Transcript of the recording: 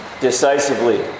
decisively